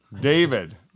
David